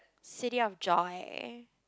City of Joy